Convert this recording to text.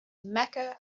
mecca